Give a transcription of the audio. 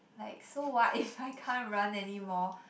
like so what if I can't run anymore